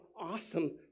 awesome